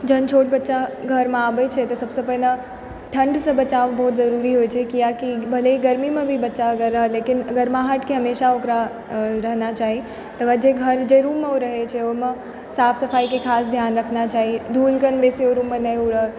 जहन छोट बच्चा घरमे आबै छै तऽ सबसँ पहिने ठण्डसँ बचाव बहुत जरूरी होइत छै कियाकि भले ही गरमीमे भी बच्चा अगर रहल लेकिन गरमाहटके हमेशा ओकरा रहना चाही तकर बाद जे घर जे रूममे ओ रहै छै ओहिमे साफ सफाइके खास ध्यान रखना चाही धूल कण बेसी ओहि रूममे नहि उड़ै